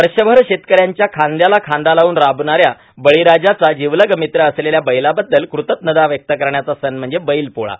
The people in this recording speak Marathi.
वर्षभर शेतकऱ्यांच्या खांदयानं खांदा लावून राबणाऱ्या बळी राजाचा जीवलग मित्र असलेल्या बैलांबद्दल कृतज्ञता व्यक्त करण्याचा सण म्हणजे बैल पोळा